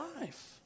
life